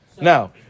Now